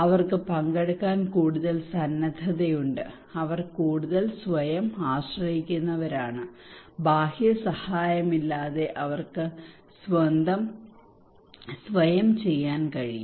അവർക്ക് പങ്കെടുക്കാൻ കൂടുതൽ സന്നദ്ധതയുണ്ട് അവർ കൂടുതൽ സ്വയം ആശ്രയിക്കുന്നവരാണ് ബാഹ്യ സഹായമില്ലാതെ അവർക്ക് സ്വയം ചെയ്യാൻ കഴിയും